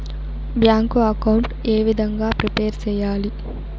Bank account ఏ విధంగా prepare సెయ్యాలి?